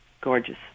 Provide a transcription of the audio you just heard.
gorgeous